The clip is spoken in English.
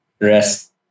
rest